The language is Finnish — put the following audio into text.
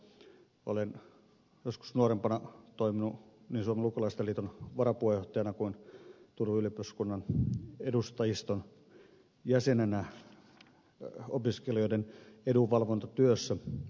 olen joskus nuorempana toiminut niin suomen lukiolaisten liiton varapuheenjohtajana kuin turun yliopiston ylioppilaskunnan edustajiston jäsenenä opiskelijoiden edunvalvontatyössä